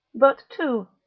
but two.